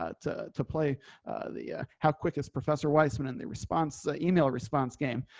ah to to play the how quick is professor weissman and the response ah email response game,